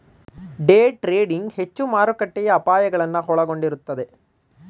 day trading ಹೆಚ್ಚು ಮಾರುಕಟ್ಟೆಯ ಅಪಾಯಗಳನ್ನು ಒಳಗೊಂಡಿರುತ್ತದೆ